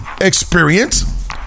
experience